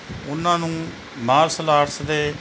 ਉਹਨਾਂ ਨੂੰ martial arts ਦੇ